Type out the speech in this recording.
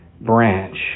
branch